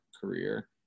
career